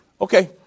Okay